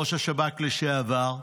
ראש השב"כ לשעבר.